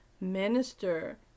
minister